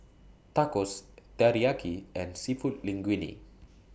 Tacos Teriyaki and Seafood Linguine